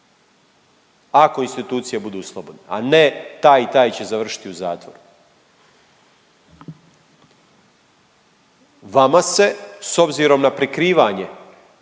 ako institucije budu slobodne, ane taj i taj će završiti u zatvoru. Vama se s obzirom na prikrivanje,